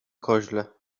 koźle